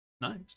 Nice